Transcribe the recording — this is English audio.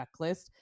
checklist